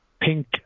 pink